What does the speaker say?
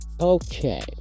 Okay